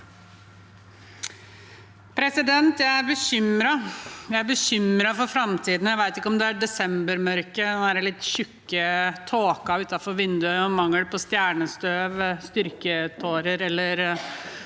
bekymret. Jeg er bekymret for framtiden. Jeg vet ikke om det er desembermørket og den litt tykke tåken utenfor vinduet, mangel på stjernestøv, styrketårer eller